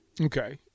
okay